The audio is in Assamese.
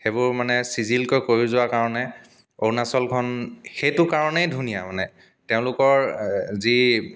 সেইবোৰ মানে চিজিলকৈ কৰি যোৱাৰ কাৰণে অৰুণাচলখন সেইটো কাৰণেই ধুনীয়া মানে তেওঁলোকৰ যি